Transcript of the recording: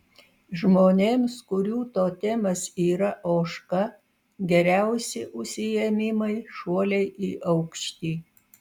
žmonėms kurių totemas yra ožka geriausi užsiėmimai šuoliai į aukštį